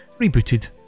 Rebooted